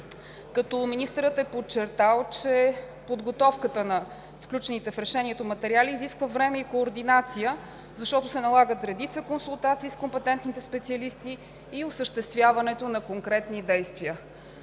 като министърът е подчертал, че подготовката на включените в решението материали изисква време и координация, защото се налагат редица консултации с компетентните специалисти и осъществяването на конкретни действия.